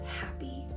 happy